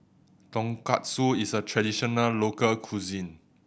tonkatsu is a traditional local cuisine